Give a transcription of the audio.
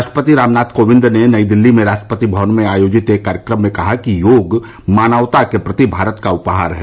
राष्ट्रपति रामनाथ कोविद ने नई दिल्ली में राष्ट्रपति भवन में आयोजित कार्यक्रम में कहा कि योग मानवता के प्रति भारत का उपहार है